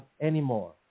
anymore